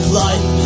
life